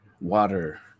water